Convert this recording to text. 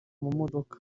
mamodoka